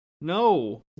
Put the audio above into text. No